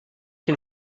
can